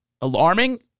alarming